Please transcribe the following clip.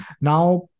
Now